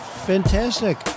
Fantastic